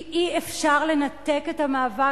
כי אי-אפשר לנתק את המאבק,